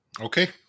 Okay